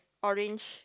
orange